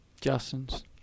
Justin's